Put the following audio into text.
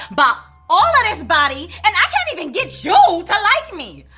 bought all of this body. and i can't even get you to like me.